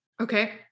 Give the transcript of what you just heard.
Okay